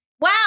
wow